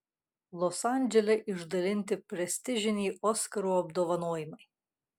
los andžele išdalinti prestižiniai oskarų apdovanojimai